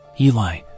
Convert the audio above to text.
Eli